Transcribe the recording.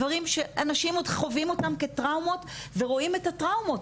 דברים שאנשים עוד חווים אותם כטראומות ורואים את הטראומות,